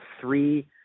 three